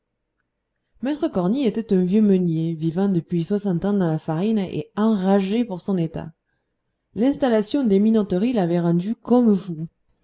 maître cornille était un vieux meunier vivant depuis soixante ans dans la farine et enragé pour son état l'installation des minoteries l'avait rendu comme fou